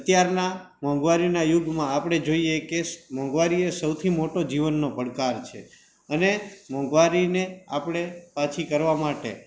અત્યારના મોંઘવારીના યુગમાં આપણે જોઈએ કે મોંઘવારી એ સૌથી મોટો જીવનનો પડકાર છે અને મોંઘવારીને આપણે પાછી કરવા માટે